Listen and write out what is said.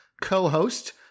co-host